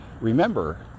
remember